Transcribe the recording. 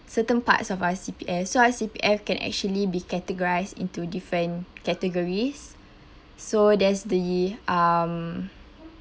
certain parts of our C_P_F so our C_P_F can actually be categorised into different categories so there's the um